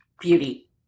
Beauty